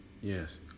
yes